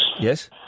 Yes